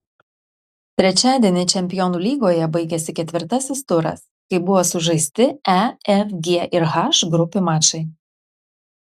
trečiadienį čempionų lygoje baigėsi ketvirtasis turas kai buvo sužaisti e f g ir h grupių mačai